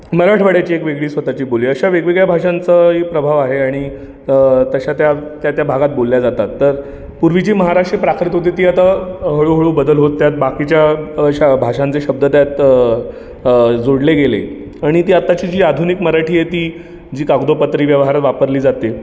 मराठवाड्याची एक वेगळीच स्वतःची बोली आहे अशा वेगवेगळ्या भाषांचाही प्रभाव आहे आणि अ तशा त्या त्या त्या भागात बोलल्या जातात तर पूर्वीची महाराष्ट्र प्राकृत होती ती आता हळूहळू बदल होत त्यात बाकीच्या अशा भाषांचे शब्द त्यात जोडले गेले आणि ती आत्ताची जी आधुनिक मराठी आहे ती जी कागदोपत्री व्यवहारात वापरली जाते